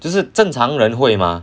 就是正常人会 mah